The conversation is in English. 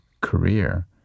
career